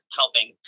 helping